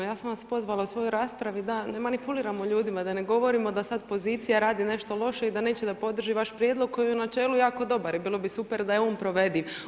Ja sam vas pozvala u svojoj raspravi da ne manipuliramo ljudima, da ne govorimo da sada pozicija radi nešto loše i da neće da podrži vaš prijedlog koji je u načelu jako dobar i bilo bi super da je on provediv.